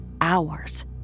hours